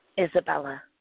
Isabella